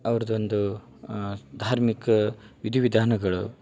ಅವ್ರದೊಂದು ಧಾರ್ಮಿಕ ವಿಧಿ ವಿಧಾನಗಳು